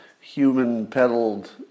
human-pedaled